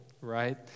right